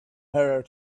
her